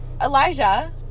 Elijah